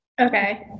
Okay